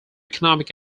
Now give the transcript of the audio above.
economic